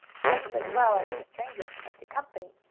just as well as to strangers and to company.